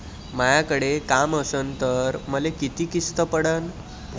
मायाकडे काम असन तर मले किती किस्त पडन?